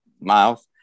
mouth